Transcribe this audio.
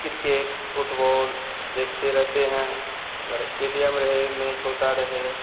cricket football देखते रहते हैं अगर स्टेडियम रहे मैच होता रहे